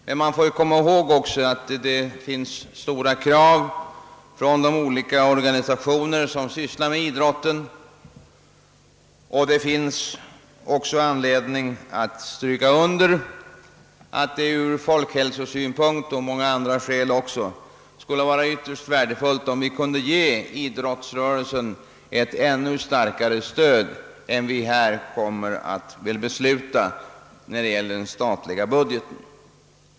Man får emellertid komma ihåg att det finns stora krav från de olika organisationer som sysslar med idrott, och man måste också understryka att det från såväl folkhälsosom många andra synpunkter skulle vara ytterst värdefullt, om idrottsrörelsen kunde ges ett ännu starkare stöd än det som väl nu kommer att beslutas via den statliga budgeten.